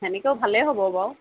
তেনেকৈও ভালেই হ'ব বাৰু